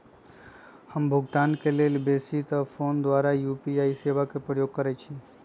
हम भुगतान के लेल बेशी तर् फोन द्वारा यू.पी.आई सेवा के प्रयोग करैछि